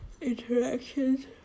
interactions